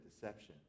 deception